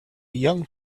young